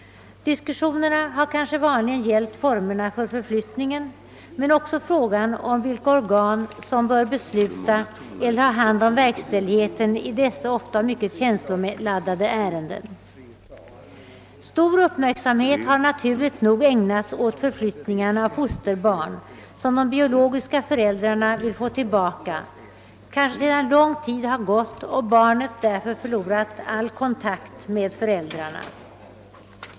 Diskussionerna har kanske vanligen gällt formerna för förflyttning men också frågan om vilka organ som bör besluta eller ha hand om verkställigheten i dessa ofta mycket känsloladdade ärenden. Stor uppmärksamhet har naturligt nog ägnats åt förflyttningarna av fosterbarn, som de biologiska föräldrarna vill få tillbaka, kanske sedan lång tid har gått och barnet därför förlorat all kontakt med föräldrarna.